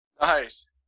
Nice